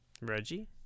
Reggie